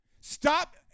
Stop